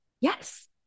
Yes